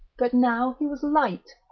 but now he was light,